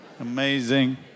Amazing